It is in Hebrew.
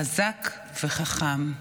חזק וחכם.